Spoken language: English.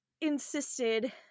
insisted